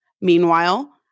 Meanwhile